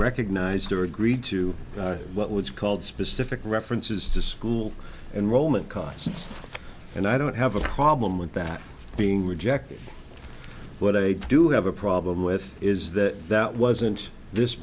recognized or agreed to what was called specific references to school and roman costs and i don't have a problem with that being rejected but i do have a problem with is that that wasn't this